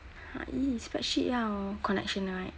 !huh! !ee! spreadsheet 要 connection right